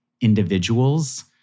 individuals